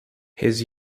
his